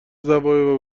زوایا